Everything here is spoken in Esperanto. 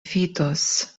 vidos